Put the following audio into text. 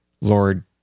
Lord